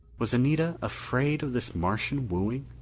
was anita afraid of this martian's wooing?